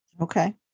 Okay